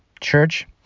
church